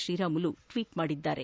Sriramulu tweet ಮಾಡಿದ್ದಾರೆ